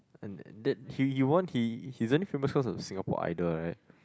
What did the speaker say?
and that that he he won he he's only famous because of the Singapore Idol right